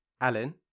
alan